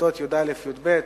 בכיתות י"א י"ב.